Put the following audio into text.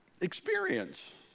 experience